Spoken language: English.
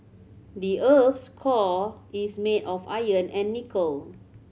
the earth's core is made of iron and nickel